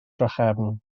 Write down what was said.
drachefn